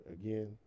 again